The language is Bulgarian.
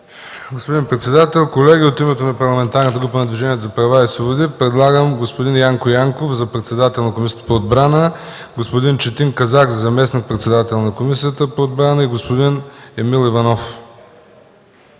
Господин председател, колеги, от името на Парламентарната група на Движението за права и свободи предлагам господин Янко Янков за председател на Комисията по отбрана, господин Четин Казак за заместник-председател на Комисията по отбрана и господин Емил Иванов